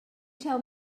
tell